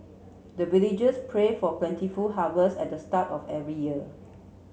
the villagers pray for plentiful harvest at the start of every year